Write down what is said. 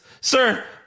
Sir